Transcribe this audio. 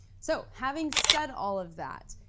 so having said all of that,